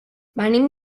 venim